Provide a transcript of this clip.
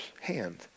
hand